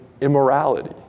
immorality